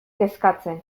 kezkatzen